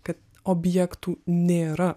kad objektų nėra